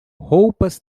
roupas